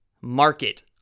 market